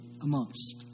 amongst